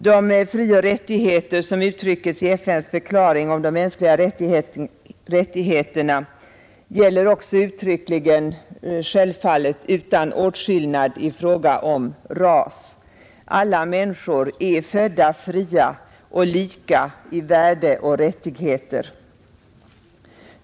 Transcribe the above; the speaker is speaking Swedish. De frioch rättigheter som uttrycks i FN:s förklaring om de mänskliga rättigheterna gäller också uttryckligen självfallet utan åtskillnad i fråga om ras. Alla människor är födda fria och lika i värde och rättigheter.